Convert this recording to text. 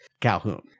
Calhoun